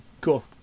Cool